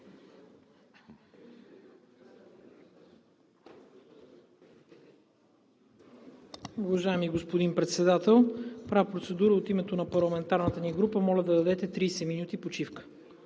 Уважаеми господин Председател, правя процедура от името на парламентарната ни група – моля да дадете 30 минути почивка.